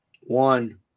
one